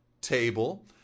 table